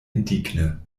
indigne